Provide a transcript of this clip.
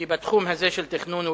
כי בתחום הזה של תכנון ובנייה,